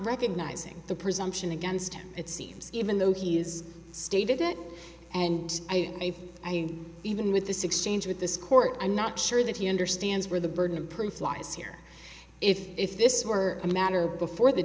recognizing the presumption against him it seems even though he's stated it and i may even with this exchange with this court i'm not sure that he understands where the burden of proof lies here if if this were a matter before the